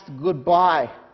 goodbye